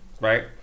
Right